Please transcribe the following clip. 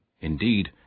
Indeed